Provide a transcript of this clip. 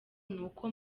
nuko